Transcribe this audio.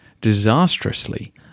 Disastrously